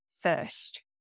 first